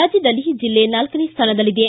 ರಾಜ್ಯದಲ್ಲಿ ಜಿಲ್ಲೆ ನಾಲ್ಕನೇ ಸ್ಥಾನದಲ್ಲಿದೆ